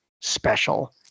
special